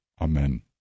Amen